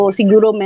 siguro